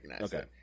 Okay